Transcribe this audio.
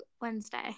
Wednesday